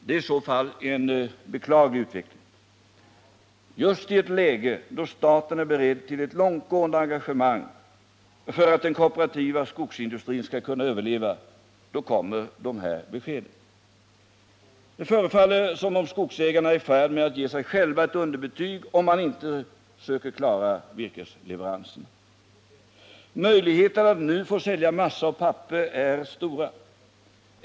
Det är i så fall en beklaglig utveckling. Just i ett läge då staten är beredd till ett långtgående arrangemang för att den kooperativa skogsindustrin skall kunna överleva så kommer dessa besked. Det förefaller som om skogsägarna är i färd med att ge sig själva ett underbetyg om de inte söker klara virkesleveranserna. Möjligheterna att nu få sälja massa och papper är stora.